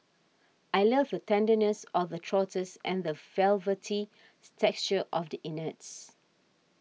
I love the tenderness of the trotters and the velvety stexture of the innards